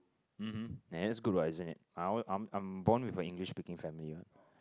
um hmm then that's good what isn't it I'm I'm born with a English speaking family what